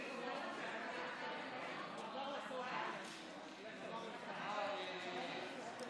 פשוט היה אמור להיות חוק